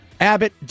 Abbott